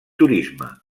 turisme